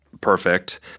perfect